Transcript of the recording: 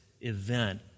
event